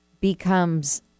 becomes